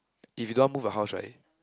if you don't want move a house right